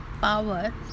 power